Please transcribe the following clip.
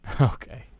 Okay